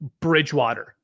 bridgewater